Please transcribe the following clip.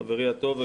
חברי הטוב,